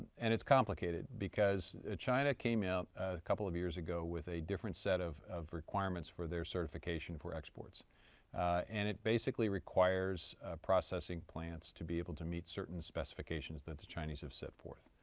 and it is complicated because china came out a couple of years ago with a different set of of requirements for their certification for exports and it basically requires a processing plant to be able to meet certain specifications that the chinese have set forth.